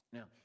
Now